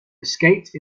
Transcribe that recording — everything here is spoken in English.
escaped